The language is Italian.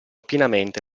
pienamente